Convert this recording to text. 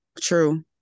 True